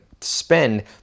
spend